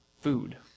food